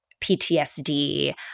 PTSD